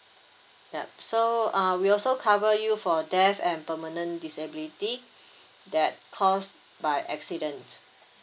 yup so uh we also cover you for death and permanent disability that caused by accident